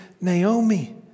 Naomi